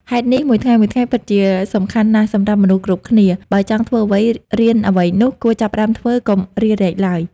ហេតុនេះ មួយថ្ងៃៗពិតជាសំខាន់ណាស់សម្រាប់មនុស្សគ្រប់គ្នា បើចង់ធ្វើអ្វី រៀនអ្វីនោះ គួរចាប់ផ្ដើមធ្វើ កុំរារែកឡើយ។